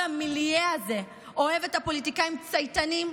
כל המיליה הזה אוהב את הפוליטיקאים צייתניים,